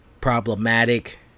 problematic